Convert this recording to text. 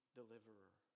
deliverer